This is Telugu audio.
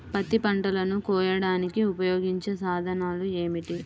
పత్తి పంటలను కోయడానికి ఉపయోగించే సాధనాలు ఏమిటీ?